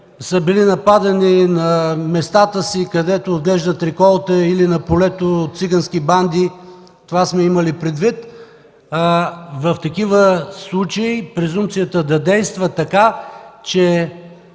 са били нападани там, където отглеждат реколта или на полето, от цигански банди. Това сме имали предвид. В такива случаи презумпцията е да се действа така, че